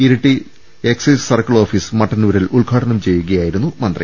Iritty excise circle office മട്ടന്നൂരിൽ ഉദ്ഘാടനം ചെയ്യുകയായിരുന്നു മന്ത്രി